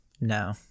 no